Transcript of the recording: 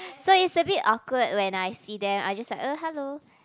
so it's a bit awkward when I see them I just like uh hello